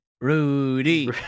Rudy